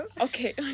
okay